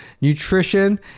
nutrition